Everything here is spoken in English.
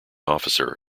officer